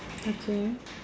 okay